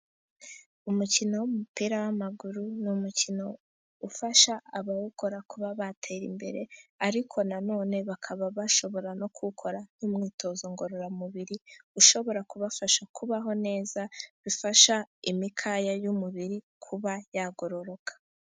Umukino w' umupira w' amaguru ni umukino, ufasha abawukora kuba batera imbere ariko na none bakaba bashobora, no kuwukora nk' imyitozo ngororamubiri ushobora kubafasha kubaho neza, bifasha imikaya y' umubiri kuba yagororoka.